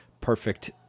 perfect